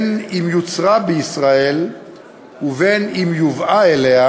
אם יוצרה בישראל ואם יובאה אליה,